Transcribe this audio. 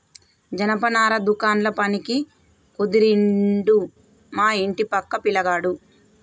జనపనార దుకాండ్ల పనికి కుదిరిండు మా ఇంటి పక్క పిలగాడు